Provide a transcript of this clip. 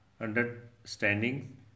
understanding